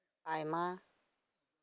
ᱟᱭᱢᱟ